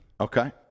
Okay